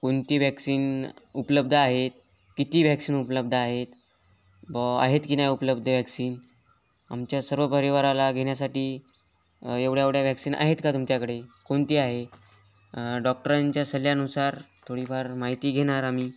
कोणती वॅक्सिन उपलब्ध आहेत किती वॅक्सिन उपलब्ध आहेत बुवा आहेत की नाही उपलब्ध वॅक्सिन आमच्या सर्व परिवाराला घेण्यासाठी एवढ्या एवढ्या वॅक्सिन आहेत का तुमच्याकडे कोणती आहे डॉक्टरांच्या सल्ल्यानुसार थोडीफार माहिती घेणार आम्ही